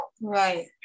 Right